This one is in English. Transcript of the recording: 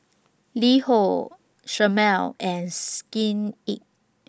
LiHo Chomel and Skin Inc